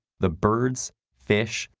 the birds, fish,